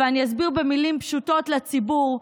ואני אסביר במילים פשוטות לציבור.